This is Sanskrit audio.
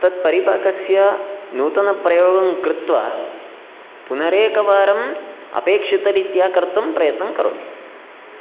तत्परिपाकस्य नूतनप्रयोगं कृत्वा पुनरेकवारं अपेक्षितरीत्या कर्तुं प्रयत्नं करोमि